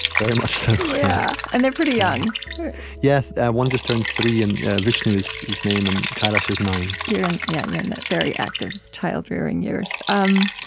very much so yeah and they're pretty young yeah one just turned three, and vishnu is his name, and kailash is nine you're in yeah you're in the very active child-rearing years. um